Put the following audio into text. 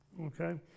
okay